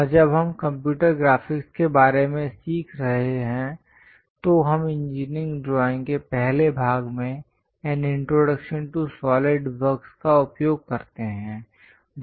और जब हम कंप्यूटर ग्राफिक्स के बारे में सीख रहे हैं तो हम इंजीनियरिंग ड्राइंग के पहले भाग में an introduction to SolidWorks का उपयोग करते हैं